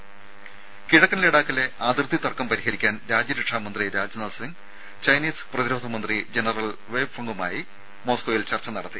ദേദ കിഴക്കൻ ലഡാക്കിലെ അതിർത്തി തർക്കം പരിഹരിക്കാൻ രാജ്യരക്ഷാ മന്ത്രി രാജ്നാഥ് സിംഗ് ചൈനീസ് പ്രതിരോധ മന്ത്രി ജനറൽ വെയ്ഫങുമായി മോസ്ക്കോയിൽ ചർച്ച നടത്തി